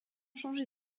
changé